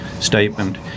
statement